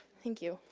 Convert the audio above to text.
thank you.